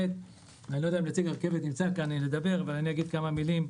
אני לא יודע אם נציג הרכבת נמצא כאן אבל אגיד כמה מילים.